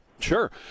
Sure